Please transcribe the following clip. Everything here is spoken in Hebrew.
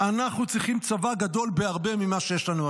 אנחנו צריכים צבא גדול בהרבה ממה שיש לנו היום.